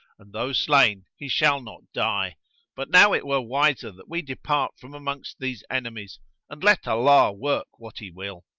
and though slain he shall not die but now it were wiser that we depart from amongst these enemies and let allah work what he will.